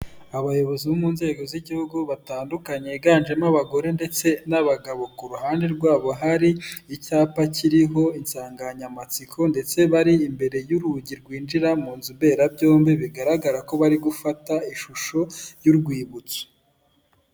Abayobozi bo mu nzego z'igihugu batandukanye, biganjemo abagore ndetse n'abagabo. Ku ruhande rwabo hari icyapa kiriho insanganyamatsiko, ndetse bari imbere y'urugi rwinjira mu nzu mberabyombi, bigaragara ko bari gufata ishusho y'urwibutso.